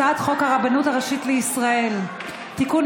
הצעת חוק הרבנות הראשית לישראל (תיקון,